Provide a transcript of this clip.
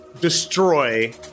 destroy